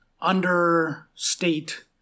understate